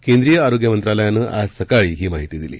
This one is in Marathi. केंद्रीय आरोग्य मंत्रालयानं आज सकाळी ही माहिती दिली